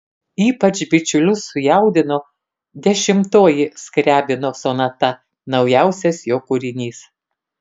ypač bičiulius sujaudino dešimtoji skriabino sonata naujausias jo kūrinys